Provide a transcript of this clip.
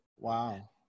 Wow